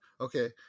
okay